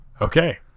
Okay